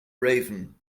raven